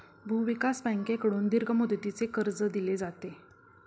भूविकास बँकेकडून दीर्घ मुदतीचे कर्ज दिले जाते